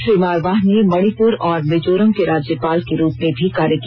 श्री मारवाह ने मणिपुर और मिजोरम के राज्यपाल के रूप में भी कार्य किया